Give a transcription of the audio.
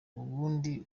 ubundi